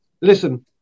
Listen